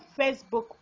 Facebook